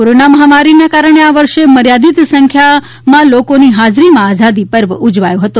corona મહામારીને કારણે આ વર્ષે મર્યાદિત સંખ્યામાં લોકોની હાજરીમાં આઝાદી પર્વ ઉજવાયો હતો